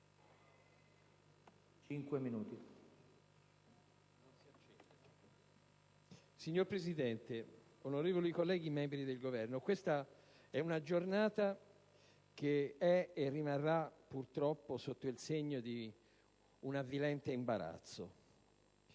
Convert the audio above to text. Signor Presidente, onorevoli colleghi, membri del Governo, questa è una giornata che è e rimarrà, purtroppo, sotto il segno di un avvilente imbarazzo: